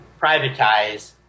privatize